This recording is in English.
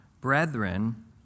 brethren